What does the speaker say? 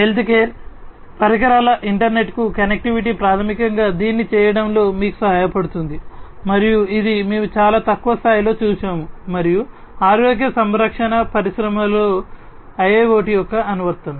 healthcare పరికరాల ఇంటర్నెట్కు connectivity ప్రాథమికంగా దీన్ని చేయడంలో మీకు సహాయపడుతుంది మరియు ఇది మేము చాలా తక్కువ స్థాయిలో చూశాము మరియు ఆరోగ్య సంరక్షణ పరిశ్రమలో IIoT యొక్క అనువర్తనం